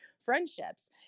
friendships